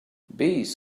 bees